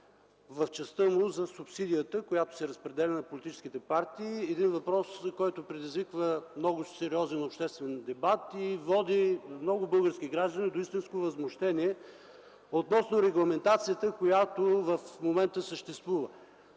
в частта за субсидията, която се разпределя на партиите. Това е въпрос, предизвикващ сериозен обществен дебат и води много български граждани до истинско възмущение относно регламентацията, която съществува